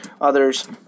others